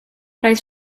roedd